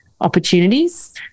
Opportunities